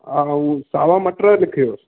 हा हा हू सावा मटर लिखोसि